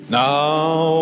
now